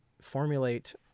formulate